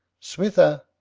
switha,